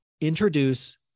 introduce